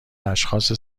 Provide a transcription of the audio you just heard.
اشخاص